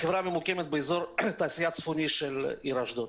החברה ממוקמת באזור התעשייה הצפוני של אשדוד.